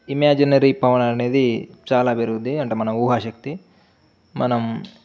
imaginary power అనేది చాలా పెరుగుతుంది అంటే మన ఊహాశక్తి మనం